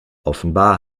offenbar